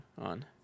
on